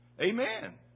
Amen